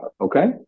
Okay